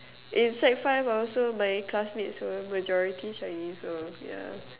in sec five I also my classmates were majority Chinese so yeah